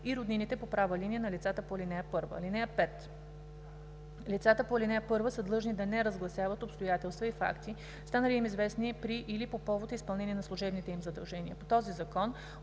и роднините по права линия на лицата по ал. 1. (5) Лицата по ал. 1 са длъжни да не разгласяват обстоятелства и факти, станали им известни при или по повод изпълнение на служебните им задължения по този закон,